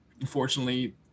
Unfortunately